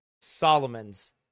Solomon's